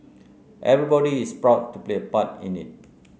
everybody is proud to play a part in it